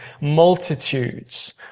multitudes